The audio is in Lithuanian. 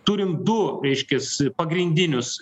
turim du reiškias pagrindinius